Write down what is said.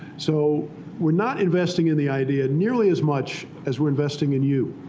so we're not investing in the idea nearly as much as we're investing in you.